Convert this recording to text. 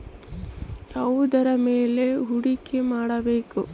ಯಾವುದರ ಮೇಲೆ ಹೂಡಿಕೆ ಮಾಡಬೇಕು?